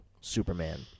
Superman